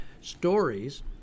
stories